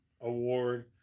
award